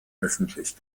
öffentlich